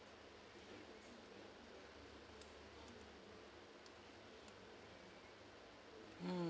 mm